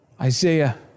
Isaiah